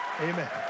amen